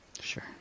Sure